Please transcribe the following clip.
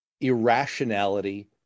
irrationality